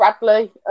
Bradley